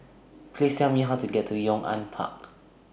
Please Tell Me How to get to Yong An Park